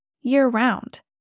year-round